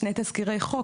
שני תזכירי חוק,